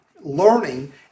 learning